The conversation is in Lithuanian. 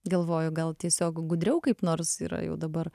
galvoju gal tiesiog gudriau kaip nors yra jau dabar